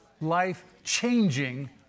life-changing